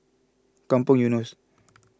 Kampong Eunos